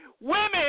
women